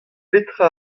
petra